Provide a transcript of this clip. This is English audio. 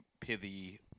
pithy